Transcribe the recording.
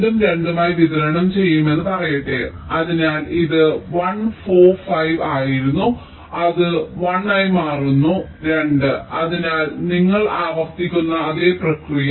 2 ഉം 2 ഉം ആയി വിതരണം ചെയ്യുമെന്ന് പറയട്ടെ അതിനാൽ ഇത് 1 4 5 ആയിരുന്നു അത് 1 ആയി മാറുന്നു 2 അതിനാൽ നിങ്ങൾ ആവർത്തിക്കുന്ന അതേ പ്രക്രിയ